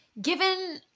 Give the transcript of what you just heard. given